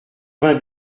vingt